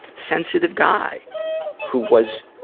sensitive guy who was,